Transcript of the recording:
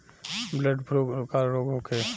Bird flu का रोग होखे?